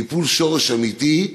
טיפול שורש אמיתי,